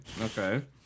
Okay